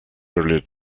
earlier